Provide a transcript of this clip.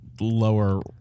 lower